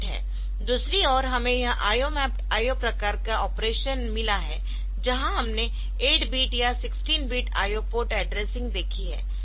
दूसरी ओर हमें यह IO मैप्ड IO प्रकार का ऑपरेशन मिला है जहाँ हमने 8 बिट या 16 बिट IO पोर्ट एड्रेसिंग देखी है